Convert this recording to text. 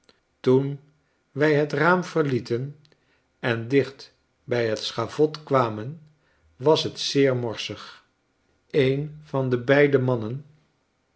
toen wij het raam verlieten en dicht bij het schavot kwamen was het zeer morsig een van de beide mannen